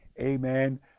amen